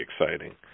exciting